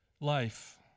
life